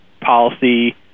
policy